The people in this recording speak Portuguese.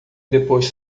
depois